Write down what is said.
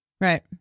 right